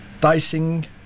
dicing